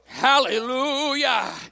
Hallelujah